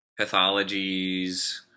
pathologies